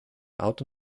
auto